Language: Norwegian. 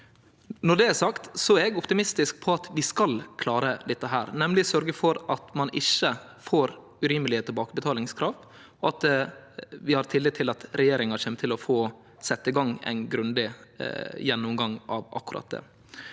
Når det er sagt, er eg optimistisk med tanke på at vi skal klare dette, nemleg sørgje for at ein ikkje får urimelege tilbakebetalingskrav, og vi har tillit til at regjeringa kjem til å få sett i gang ein grundig gjennomgang av akkurat det.